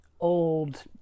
old